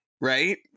right